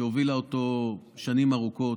שהובילה אותו שנים ארוכות.